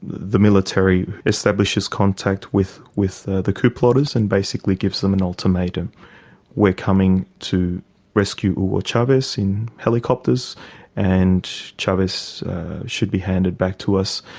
the military establishes contact with with the the coup plotters and basically gives them an ultimatum we're coming to rescue hugo chavez in helicopters and chavez should be handed back to us,